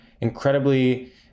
incredibly